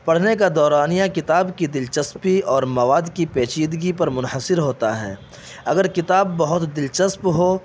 پڑھنے کا دورانیہ کتاب کی دلچسپی اور مواد کی پیچیدگی پر منحصر ہوتا ہے اگر کتاب بہت دلچسپ ہو